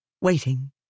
waiting